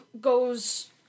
goes